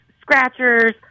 scratchers